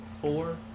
four